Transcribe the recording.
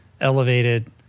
elevated